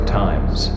times